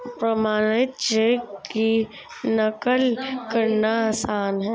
प्रमाणित चेक की नक़ल करना आसान है